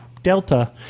Delta